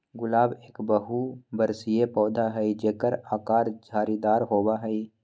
गुलाब एक बहुबर्षीय पौधा हई जेकर आकर झाड़ीदार होबा हई